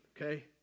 okay